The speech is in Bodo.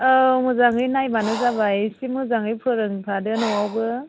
औ मोजाङै नायबानो जाबाय एसे मोजाङै फोरोंफादो न'आवबो